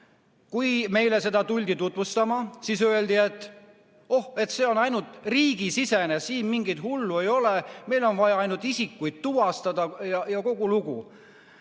Kui meile seda tuldi tutvustama, siis öeldi, et oh, see on ainult riigisisene, siin midagi hullu ei ole, on vaja ainult isikuid tuvastada ja kogu lugu.